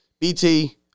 BT